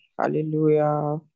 Hallelujah